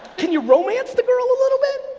can you romance the girl a little bit?